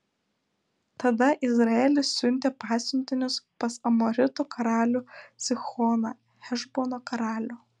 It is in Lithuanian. tada izraelis siuntė pasiuntinius pas amoritų karalių sihoną hešbono karalių